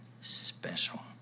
special